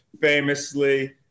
Famously